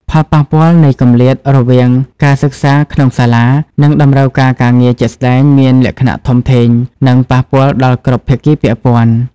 ផលប៉ះពាល់នៃគម្លាតរវាងការសិក្សាក្នុងសាលា និងតម្រូវការការងារជាក់ស្តែងមានលក្ខណៈធំធេង និងប៉ះពាល់ដល់គ្រប់ភាគីពាក់ព័ន្ធ។